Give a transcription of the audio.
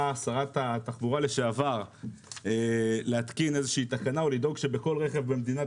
שרת התחבורה לשעבר להתקין איזה שהיא תקנה או לדאוג שבכל רכב במדינת